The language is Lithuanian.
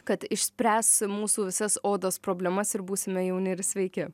kad išspręs mūsų visas odos problemas ir būsime jauni ir sveiki